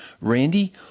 Randy